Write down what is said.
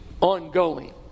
Ongoing